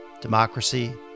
democracy